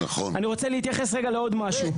אני רוצה להתייחס רגע לעוד משהו.